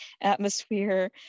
atmosphere